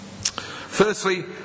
Firstly